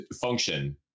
function